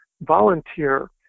volunteer